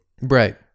Right